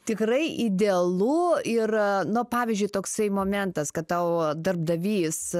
tikrai idealu ir nu pavyzdžiui toksai momentas kad tau darbdavys